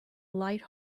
light